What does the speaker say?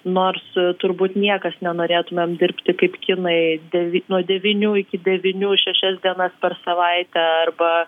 nors turbūt niekas nenorėtumėm dirbti kaip kinai devi nuo devynių iki devynių šešias dienas per savaitę arba